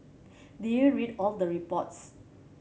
did you read all the reports